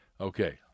Okay